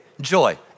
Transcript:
joy